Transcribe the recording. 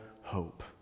hope